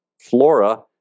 flora